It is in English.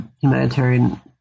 humanitarian